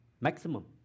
maximum